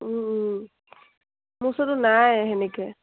মোৰ ওচৰতো নাই সেনেকে